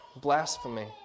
blasphemy